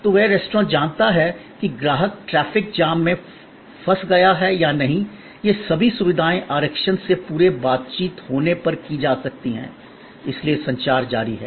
तो वह रेस्तरां जानता है कि ग्राहक ट्रैफिक जाम में फंस गया है या नहीं ये सभी सुविधाएं आरक्षण से परे बातचीत होने पर की जा सकती हैं इसलिए संचार जारी है